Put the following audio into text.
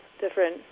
different